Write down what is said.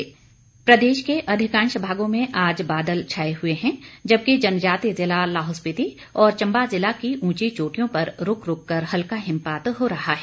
मौसम प्रदेश के अधिकांश भागों में आज बादल छाए हुए हैं जबकि जनजातीय जिला लाहौल स्पीति और चंबा जिला की उंची चोटियों पर रूक रूक कर हल्का हिमपात हो रहा है